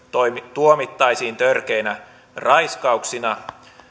tuomittaisiin törkeinä raiskauksina